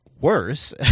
worse